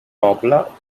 poble